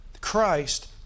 Christ